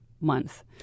month